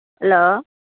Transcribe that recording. hello